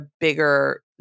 bigger